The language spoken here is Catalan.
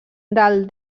del